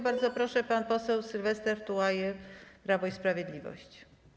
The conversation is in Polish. Bardzo proszę, pan poseł Sylwester Tułajew, Prawo i Sprawiedliwość.